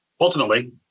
Ultimately